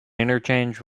interchange